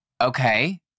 Okay